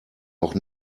auch